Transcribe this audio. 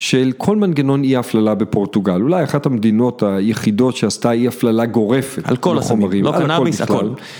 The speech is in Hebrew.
של כל מנגנון אי-הפללה בפורטוגל, אולי אחת המדינות היחידות שעשתה אי-הפללה גורפת, על כל הסמים, על כל החומרים, על קנאביס, הכל.